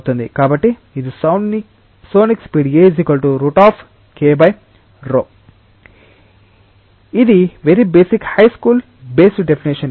కాబట్టి ఇది sonic speed a K𝜌 ఇది very basic high school based definition